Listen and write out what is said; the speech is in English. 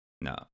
No